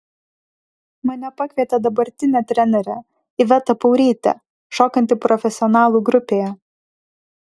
mane pakvietė dabartinė trenerė iveta paurytė šokanti profesionalų grupėje